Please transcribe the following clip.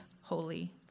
holy